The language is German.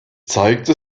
zeigte